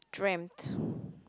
dreamt